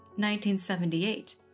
1978